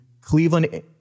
Cleveland